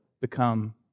become